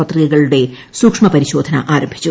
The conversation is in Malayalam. പത്രികകളുടെ സൂക്ഷ്മപരിശോധന ആരംഭിച്ചു